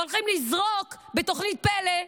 הולכים לזרוק בתוכנית פל"א,